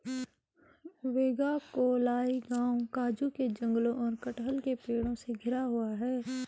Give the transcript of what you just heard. वेगाक्कोलाई गांव काजू के जंगलों और कटहल के पेड़ों से घिरा हुआ है